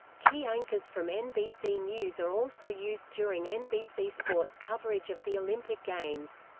key anchors from nbc news are also used during nbc sports coverage of the olympic games.